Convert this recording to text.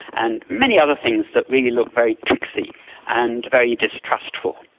and many other things that really looked very tricksy and very distrustful.